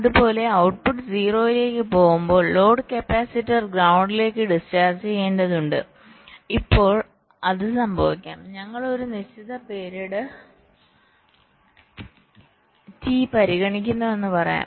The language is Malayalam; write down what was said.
അതുപോലെ ഔട്ട്പുട്ട് 0 ലേക്ക് പോകുമ്പോൾ ലോഡ് കപ്പാസിറ്റർ ഗ്രൌണ്ടിലേക്ക് ഡിസ്ചാർജ് ചെയ്യേണ്ടതുണ്ട് ഇപ്പോൾ അത് സംഭവിക്കാം ഞങ്ങൾ ഒരു നിശ്ചിത പീരീഡ് ടി പരിഗണിക്കുന്നുവെന്ന് പറയാം